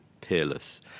peerless